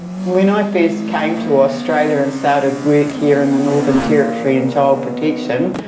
when i first came to australia and started work here in the northern territory in child protection,